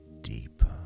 deeper